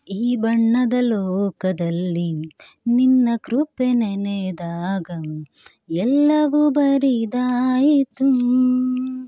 ಈ ಬಣ್ಣದ ಲೋಕದಲ್ಲಿ ನಿನ್ನ ಕೃಪೆ ನೆನೆದಾಗ ಎಲ್ಲವೂ ಬರಿದಾಯಿತು